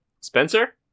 Spencer